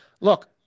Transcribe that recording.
look